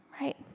right